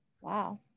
Wow